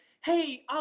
hey